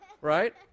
Right